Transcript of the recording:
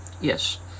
yes